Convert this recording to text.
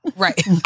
Right